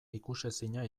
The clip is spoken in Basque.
ikusezina